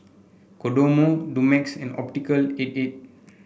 Kodomo Dumex and Optical eight eight